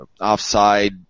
offside